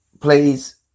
please